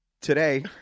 Today